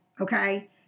okay